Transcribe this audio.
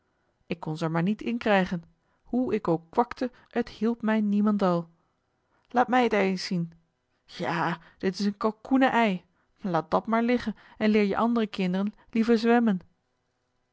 ik kon ze er maar niet in krijgen hoe ik ook kwakte het hielp mij niemendal laat mij het ei eens zien ja dat is een kalkoenenei laat dat maar liggen en leer je andere kinderen liever zwemmen